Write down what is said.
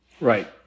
Right